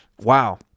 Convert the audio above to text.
wow